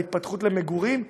ההתפתחות למגורים.